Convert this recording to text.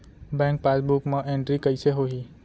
Bank passbook मा entry कइसे होही?